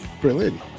brilliant